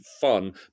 fun